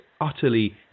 utterly